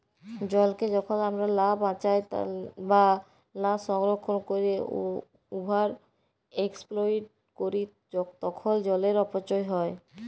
জলকে যখল আমরা লা বাঁচায় বা লা সংরক্ষল ক্যইরে ওভার এক্সপ্লইট ক্যরি তখল জলের অপচয় হ্যয়